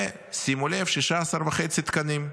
ושימו לב, 16 וחצי תקנים,